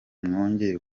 mwongeye